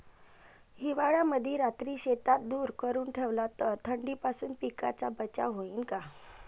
हिवाळ्यामंदी रात्री शेतात धुर करून ठेवला तर थंडीपासून पिकाचा बचाव होईन का?